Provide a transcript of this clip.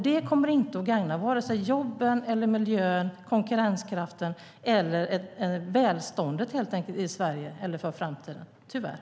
Det kommer inte att gagna vare sig jobben, miljön, konkurrenskraften eller välståndet i Sverige för framtiden - tyvärr.